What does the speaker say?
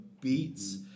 beats